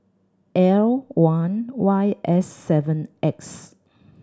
L one Y S seven X